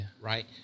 right